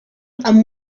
and